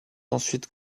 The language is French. ensuite